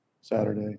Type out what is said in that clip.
Saturday